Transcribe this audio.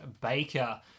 Baker